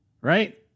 right